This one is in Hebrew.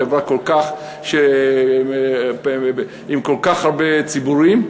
חברה עם כל כך הרבה ציבורים?